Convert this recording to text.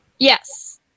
Yes